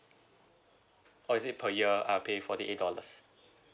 or is it per year I'll pay forty eight dollars